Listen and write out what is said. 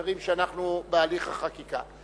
לחברים שאנחנו בהליך החקיקה?